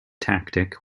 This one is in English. tactic